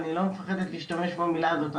ואני לא מפחדת להשתמש במילה הזאת,